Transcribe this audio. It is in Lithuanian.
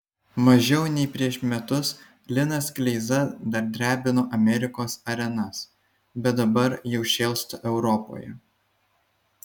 mažiau nei prieš metus linas kleiza dar drebino amerikos arenas bet dabar jau šėlsta europoje